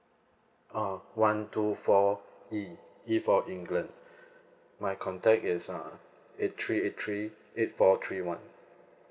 oh one two four E E for england my contact is uh eight three eight three eight four three one